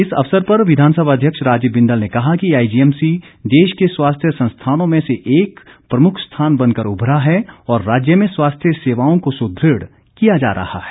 इस अवसर पर विधानसभा अध्यक्ष राजीव बिंदल ने कहा कि आईजीएमसी देश के स्वास्थ्य संस्थानों में से एक प्रमुख स्थान बनकर उभरा है और राज्य में स्वास्थ्य सेवाओं को सुदृढ़ किया जा रहा है